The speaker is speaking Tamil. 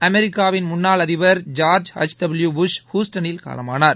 அமெரிக்காவின் முன்னாள் அதிபர் ஜார்ஜ் எச் டபுள்பு புஷ் ஹூஸ்டனில் காலமானார்